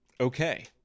okay